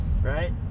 Right